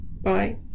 Bye